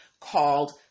called